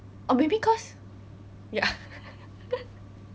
or maybe cause ya